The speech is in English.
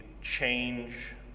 change